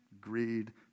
greed